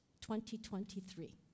2023